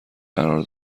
قرار